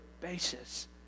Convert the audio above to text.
basis